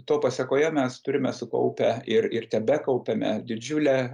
to pasekoje mes turime sukaupę ir ir tebekaupiame didžiulę